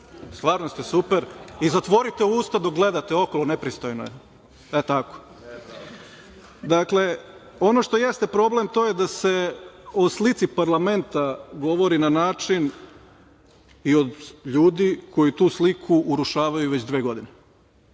Stvarno ste super i zatvorite usta dok gledate okolo nepristojno je. E tako. Dakle, ono što jeste problem to je da se o slici parlamenta govori na način i od ljudi koji tu sliku urušavaju već dve godine.